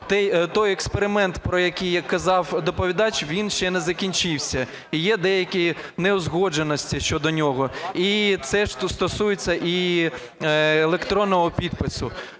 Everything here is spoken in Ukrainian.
той експеримент, про який казав доповідач, він ще не закінчився, і є деякі неузгодженості щодо нього. І це ж стосується електронного підпису.